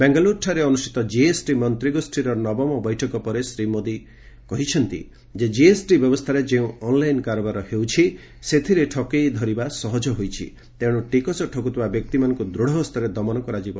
ବେଙ୍ଗାଲୁରଠାରେ ଅନୁଷ୍ଠିତ କିଏସ୍ଟି ମନ୍ତ୍ରୀ ଗୋଷୀର ନବମ ବୈଠକ ପରେ ଶ୍ରୀ ମୋଦୀ କହିଛନ୍ତି ଯେ ଜିଏସଟି ବ୍ୟବସ୍ଥାରେ ଯେଉଁ ଅନଲାଇନ କାରବାର ହେଉଛି ସେଥିରେ ଠକେଇ ଧରିବା ସହଜ ହୋଇଛି ତେଣୁ ଟିକସ ଠକେଇ କରୁଥିବା ବ୍ୟକ୍ତିମାନଙ୍କୁ ଦୂଢ ହସ୍ତରେ ଦମନ କରାଯିବ